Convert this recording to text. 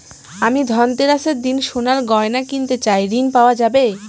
আমি ধনতেরাসের দিন সোনার গয়না কিনতে চাই ঝণ পাওয়া যাবে?